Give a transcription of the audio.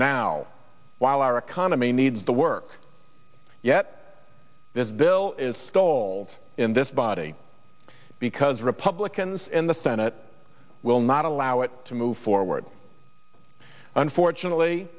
now while our economy needs the work yet this bill is scold in this body because republicans in the senate will not allow it to move forward unfortunately